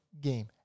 game